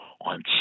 on